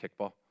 kickball